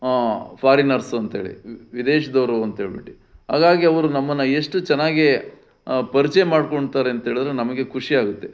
foreigners ಅಂತೇಳಿ ವ್ ವಿದೇಶದವ್ರು ಅಂತೇಳ್ಬಿಟ್ಟು ಹಾಗಾಗಿ ಅವ್ರು ನಮ್ಮನ್ನು ಎಷ್ಟು ಚೆನ್ನಾಗಿ ಪರ್ಚಯ ಮಾಡ್ಕೊಳ್ತಾರೆ ಅಂತೇಳಿದ್ರೆ ನಮಗೆ ಖುಷಿಯಾಗುತ್ತೆ